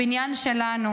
הבניין שלנו,